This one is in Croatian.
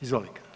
Izvolite.